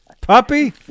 Puppy